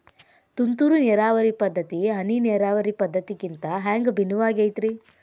ತುಂತುರು ನೇರಾವರಿ ಪದ್ಧತಿ, ಹನಿ ನೇರಾವರಿ ಪದ್ಧತಿಗಿಂತ ಹ್ಯಾಂಗ ಭಿನ್ನವಾಗಿ ಐತ್ರಿ?